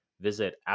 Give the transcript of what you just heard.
Visit